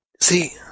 See